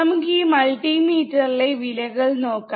നമുക്ക് ഈ മൾട്ടിമീറ്റർ ലെ വിലകൾ നോക്കാം